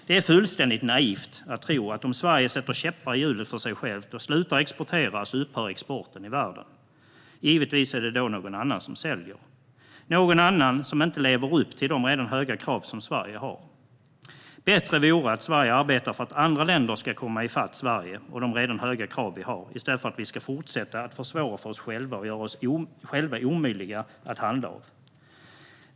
Det är fullständigt naivt att tro att om Sverige sätter käppar i hjulet för sig självt och slutar exportera upphör exporten i världen. Givetvis är det då någon annan som säljer, någon som inte lever upp till de redan höga krav som Sverige har. Det vore bättre att Sverige arbetade för att andra länder ska komma ifatt Sverige och de höga krav vi redan har, i stället för att fortsätta försvåra för oss själva och göra oss omöjliga att handla av.